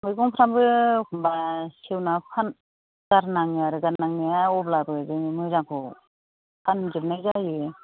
मैगंफ्राबो एखमबा सेवना फानगारनाङो आरो गारनांनाया अब्लाबो जोङो मोजांखौ फानजोबनाय जायो